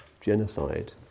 genocide